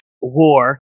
war